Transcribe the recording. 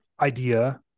idea